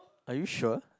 are you sure